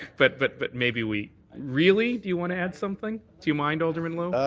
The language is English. but but but maybe we really? do you want to add something? do you mind, alderman lowe?